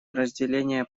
разделения